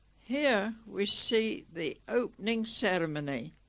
here we see the opening ceremony